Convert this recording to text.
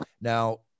Now